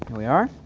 we are,